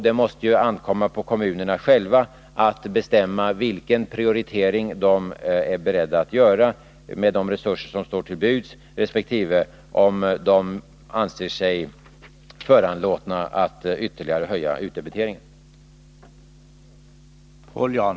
Det måste ju ankomma på kommunerna själva att bestämma vilken prioritering de är beredda att göra med de resurser som står till buds, resp. om de anser sig föranlåtna att ytterligare höja utdebiteringen.